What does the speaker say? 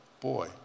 boy